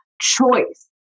choice